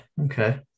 Okay